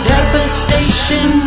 Devastation